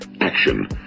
action